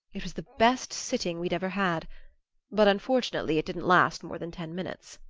it was the best sitting we'd ever had but unfortunately it didn't last more than ten minutes.